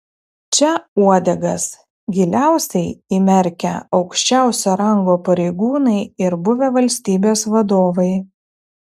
čia uodegas giliausiai įmerkę aukščiausio rango pareigūnai ir buvę valstybės vadovai